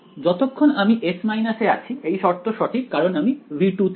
যতক্ষণ আমি S এ আছি এই শর্ত সঠিক কারণ এটি V2 তে আছে